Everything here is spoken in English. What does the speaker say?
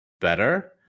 better